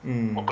mm